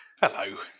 Hello